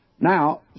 Now